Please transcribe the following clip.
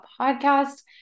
podcast